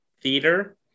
theater